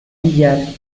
pillar